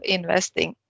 Investing